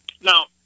Now